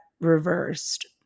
reversed